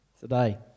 today